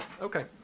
okay